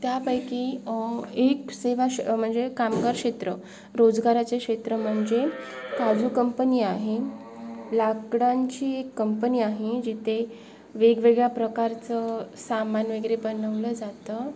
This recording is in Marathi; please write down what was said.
त्यापैकी एक सेवाश म्हणजे कामगार क्षेत्र रोजगाराचे क्षेत्र म्हणजे काजू कंपनी आहे लाकडांची एक कंपनी आहे जिथे वेगवेगळ्या प्रकारचं सामान वगैरे बनवलं जातं